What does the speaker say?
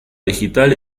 digital